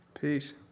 peace